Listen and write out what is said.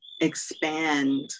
expand